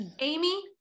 Amy